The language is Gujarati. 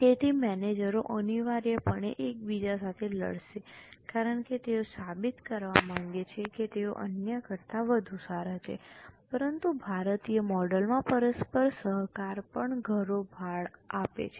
તેથી મેનેજરો અનિવાર્યપણે એકબીજા સાથે લડશે કારણ કે તેઓ સાબિત કરવા માંગે છે કે તેઓ અન્ય કરતા વધુ સારા છે પરંતુ ભારતીય મોડેલમાં પરસ્પર સહકાર પર ઘણો ભાર આપવામાં આવ્યો છે